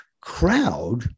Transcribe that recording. crowd